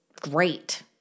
great